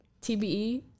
TBE